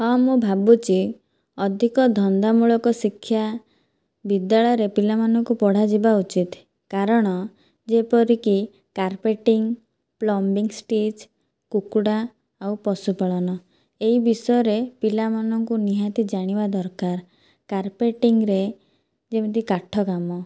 ହଁ ମୁଁ ଭାବୁଛି ଅଧିକ ଧନ୍ଦାମୂଳକ ଶିକ୍ଷା ବିଦ୍ୟାଳୟରେ ପିଲାମାନଙ୍କୁ ପଢ଼ା ଯିବା ଉଚିତ କାରଣ ଯେପରିକି କାର୍ପେଟିଂ ପ୍ଲମ୍ବିଂ ଷ୍ଟିଚ୍ କୁକୁଡ଼ା ଆଉ ପଶୁପାଳନ ଏହି ବିଷୟରେ ପିଲାମାନଙ୍କୁ ନିହାତି ଜାଣିବା ଦରକାର କାର୍ପେଟିଂରେ ଯେମିତି କାଠ କାମ